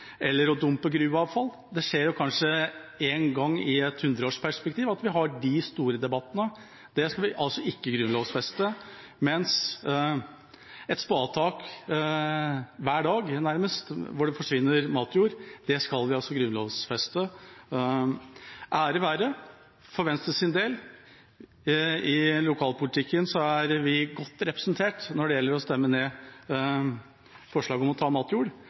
eller å dumpe gruveavfall? Det skjer kanskje én gang i et hundreårsperspektiv at vi har de store debattene. Det skal vi altså ikke grunnlovfeste, mens et spadetak hver dag, nærmest, hvor det forsvinner matjord, det skal vi altså grunnlovfeste. Ære være! For Venstres del er vi i lokalpolitikken godt representert når det gjelder å stemme ned forslaget om å ta